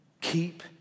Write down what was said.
keep